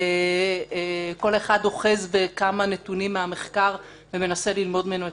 וכל אחד אוחז בכמה נתונים מהמחקר ומנסה ללמוד ממנו הכול.